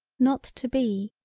not to be.